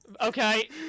Okay